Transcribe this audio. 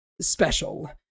special